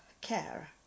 care